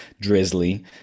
drizzly